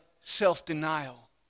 self-denial